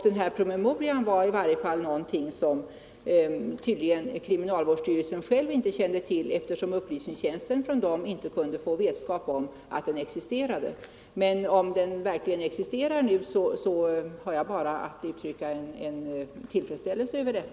Den promemoria som herr statsrådet läste ur kände kriminalvårdsstyrelsen tydligen inte till, eftersom riksdagens upplysningstjänst därifrån inte kunde få vetskap om att den existerade. Men när den nu existerar har jag bara att uttrycka min tillfredsställelse över det.